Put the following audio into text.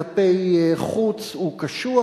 כלפי חוץ הוא קשוח.